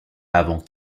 avant